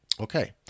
Okay